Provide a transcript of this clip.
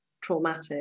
traumatic